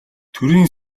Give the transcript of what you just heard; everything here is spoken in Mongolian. төрийн